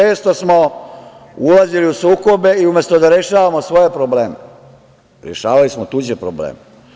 Često smo ulazili u sukobe, i umesto da rešavamo svoje probleme, rešavali smo tuđe probleme.